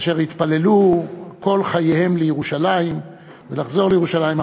ואשר התפללו כל חייהם לירושלים ולחזור לירושלים,